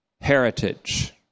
heritage